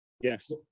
yes